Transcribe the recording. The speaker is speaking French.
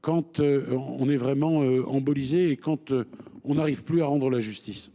Kant, on est vraiment en Bolliger Kant, on n'arrive plus à rendre la justice.